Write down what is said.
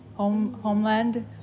homeland